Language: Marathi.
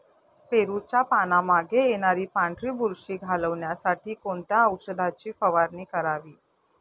पेरूच्या पानांमागे येणारी पांढरी बुरशी घालवण्यासाठी कोणत्या औषधाची फवारणी करावी?